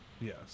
yes